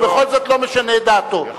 ובכל זאת לא משנה את דעתו,